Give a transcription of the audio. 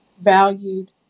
valued